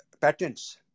patents